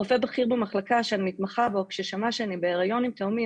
רופא בכיר במחלקה שאני מתמחה בו כאשר שמע שאני בהריון לתאומים,